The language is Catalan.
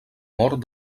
mort